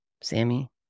Sammy